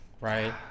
right